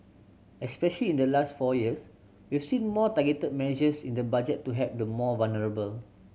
especially in the last four years we've seen more targeted measures in the Budget to help the more vulnerable